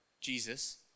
Jesus